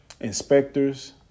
inspectors